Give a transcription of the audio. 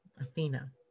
Athena